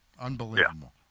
Unbelievable